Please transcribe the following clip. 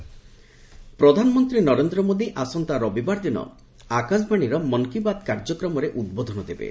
ମନ୍ କୀ ବାତ୍ ପ୍ରଧାନମନ୍ତ୍ରୀ ନରେନ୍ଦ୍ର ମୋଦୀ ଆସନ୍ତା ରବିବାର ଦିନ ଆକାଶବାଣୀର ମନ୍ କୀ ବାତ୍ କାର୍ଯ୍ୟକ୍ରମରେ ଉଦ୍ବୋଧନ ଦେବେ